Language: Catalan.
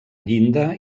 llinda